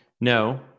No